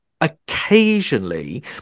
occasionally